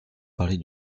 parlait